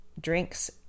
drinks